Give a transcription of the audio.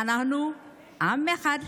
אנחנו עם אחד.